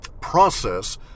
process